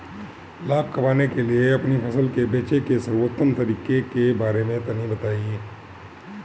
लाभ कमाने के लिए अपनी फसल के बेचे के सर्वोत्तम तरीके के बारे में तनी बताई?